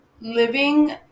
living